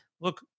look